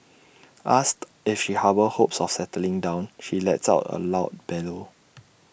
asked if she harbours hopes of settling down she lets out A loud bellow